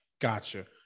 Gotcha